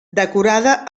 decorada